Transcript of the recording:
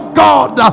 god